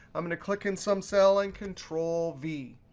i'm going to click in some cell and control v.